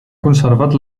conservat